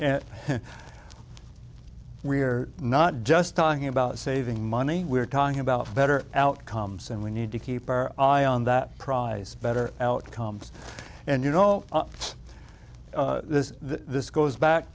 and we're not just talking about saving money we're talking about better outcomes and we need to keep our eye on that prize better outcomes and you know this goes back